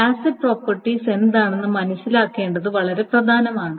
acid properties എന്താണെന്ന് മനസ്സിലാക്കേണ്ടത് വളരെ പ്രധാനമാണ്